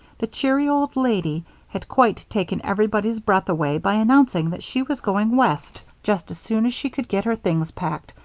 the cheery old lady had quite taken everybody's breath away by announcing that she was going west, just as soon as she could get her things packed,